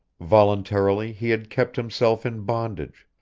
voluntarily he had kept himself in bondage,